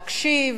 להקשיב.